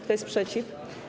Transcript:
Kto jest przeciw?